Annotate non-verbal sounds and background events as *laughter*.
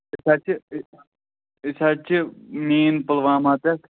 أسۍ حظ چھِ *unintelligible* أسۍ حظ چھِ مین پُلواما پٮ۪ٹھ